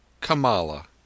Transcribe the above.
Kamala